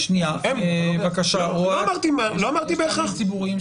לא אמרתי בהכרח ציבורי.